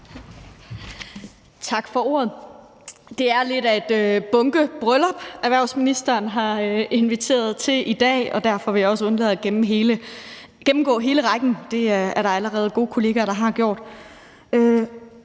Tak for ordet. Det er lidt af et bunkebryllup, erhvervsministeren har inviteret til i dag, og derfor vil jeg også undlade at gennemgå hele rækken. Det er der allerede gode kollegaer der har gjort.